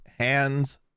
Hands